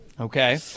Okay